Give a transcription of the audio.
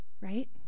Right